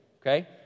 okay